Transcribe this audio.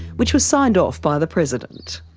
which was signed off by the president.